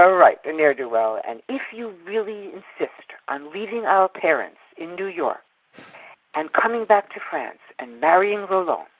right. a n'er do well. and if you really insist on leaving our parents in new york and coming back to france and marrying roland,